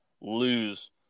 lose